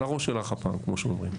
הפעם, כמו שאומרים.